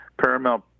Paramount